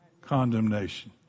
condemnation